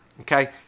Okay